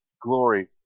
glory